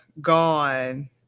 gone